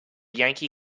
yankee